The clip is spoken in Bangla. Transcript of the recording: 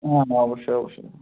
হ্যাঁ হ্যাঁ অবশ্যই অবশ্যই দাদা